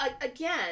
again